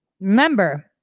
remember